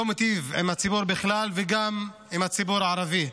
לא מיטיב עם הציבור בכלל וגם עם הציבור הערבי.